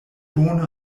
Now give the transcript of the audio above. bone